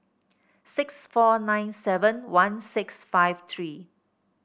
six four nine seven one six five three